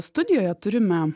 studijoje turime